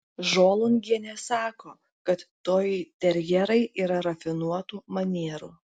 žolungienė sako kad toiterjerai yra rafinuotų manierų